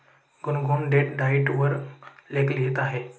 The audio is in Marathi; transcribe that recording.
गुनगुन डेट डाएट वर लेख लिहित आहे